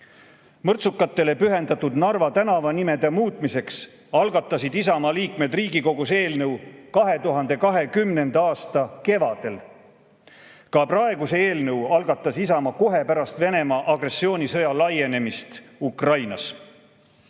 Mõrtsukatele pühendatud Narva tänavanimede muutmiseks algatasid Isamaa liikmed Riigikogus eelnõu 2020. aasta kevadel. Ka praeguse eelnõu algatas Isamaa kohe pärast Venemaa agressioonisõja laienemist Ukrainas.